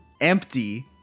empty